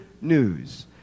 news